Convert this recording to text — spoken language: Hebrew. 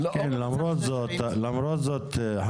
למרות זאת,